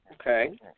Okay